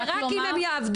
יהיה רק אם הם יעבדו.